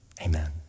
Amen